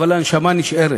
אבל הנשמה נשארת.